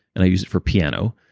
and i use it for piano,